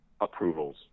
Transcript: approvals